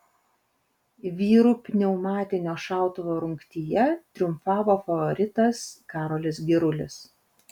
vyrų pneumatinio šautuvo rungtyje triumfavo favoritas karolis girulis